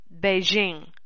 Beijing